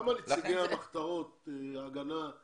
כמה נציגי המחתרות, ההגנה,